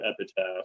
Epitaph